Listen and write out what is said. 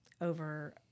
over